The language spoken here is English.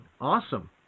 Awesome